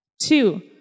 Two